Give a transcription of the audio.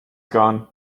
gone